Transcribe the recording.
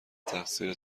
تقصیر